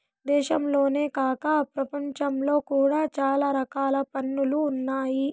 దేశంలోనే కాక ప్రపంచంలో కూడా చాలా రకాల పన్నులు ఉన్నాయి